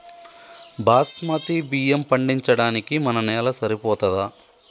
బాస్మతి బియ్యం పండించడానికి మన నేల సరిపోతదా?